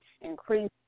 increase